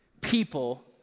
people